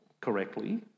correctly